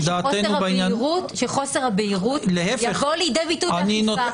שחוסר הבהירות יבוא לידי ביטוי האכיפה.